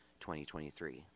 2023